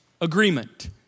agreement